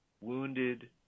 wounded